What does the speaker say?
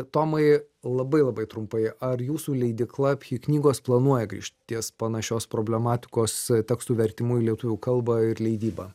tomai labai labai trumpai ar jūsų leidykla phi knygos planuoja grįžt ties panašios problematikos tekstų vertimu į lietuvių kalbą ir leidyba